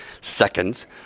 seconds